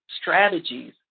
strategies